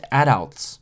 adults